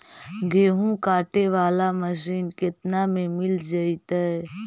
गेहूं काटे बाला मशीन केतना में मिल जइतै?